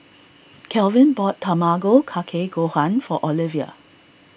Calvin bought Tamago Kake Gohan for Olevia